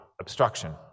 obstruction